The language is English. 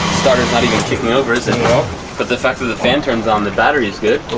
starter's not even kicking over is it? no. but the fact that the fan turns on the battery is good.